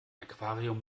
aquarium